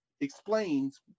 explains